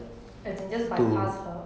as in just bypass her